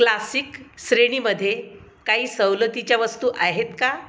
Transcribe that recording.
classic श्रेणीमध्ये काही सवलतीच्या वस्तू आहेत का